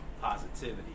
positivity